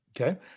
Okay